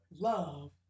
love